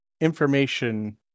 information